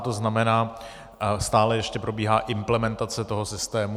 To znamená, stále ještě probíhá implementace toho systému.